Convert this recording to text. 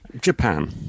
Japan